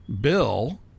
Bill